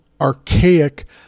archaic